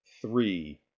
three